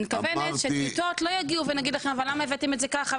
אני מתכוונת --- לא יגיעו ויגידו למה הבאתם את זה ככה,